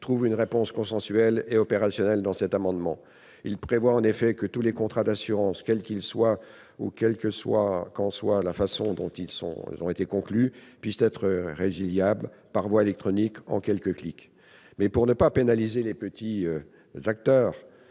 trouve une réponse consensuelle et opérationnelle avec cet amendement. Celui-ci prévoit en effet que tous les contrats d'assurance, quels qu'ils soient ou quelle que soit la façon dont ils ont été conclus, sont résiliables par voie électronique, en quelques clics. Toutefois, pour ne pas pénaliser les petits acteurs,